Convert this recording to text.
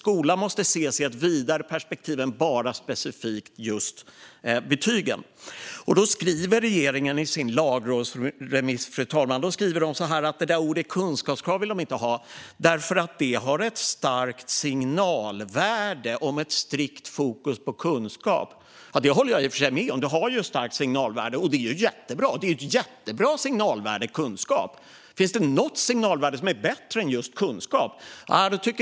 Skolan måste ses i ett vidare perspektiv än bara specifikt betygen. Regeringen skriver i sin lagrådsremiss att man inte vill ha ordet kunskapskrav eftersom det har ett starkt signalvärde om ett strikt fokus på kunskap. Det håller jag i och för sig med om; det har ett starkt signalvärde, och det är jättebra. Kunskap har ett jättebra signalvärde. Finns det något signalvärde som är bättre än just kunskap?